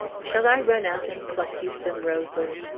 shall i run out and pluck you some roses?